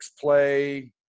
play